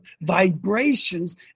vibrations